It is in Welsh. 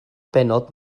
bennod